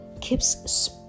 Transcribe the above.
keeps